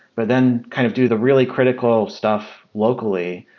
but then kind of do the really critical stuff locally,